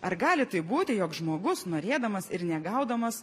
ar gali taip būti jog žmogus norėdamas ir negaudamas